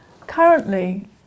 Currently